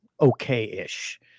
okay-ish